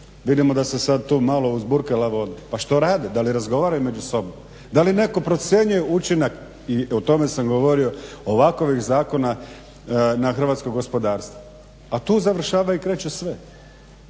Vidimo da se sad tu malo uzburkala voda, pa što rade, da li razgovaraju među sobom, da li netko procjenjuje učinak i o tome sam govorio ovakvih zakona na hrvatsko gospodarstvo. Pa tu završava i kreće sve.